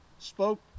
spoke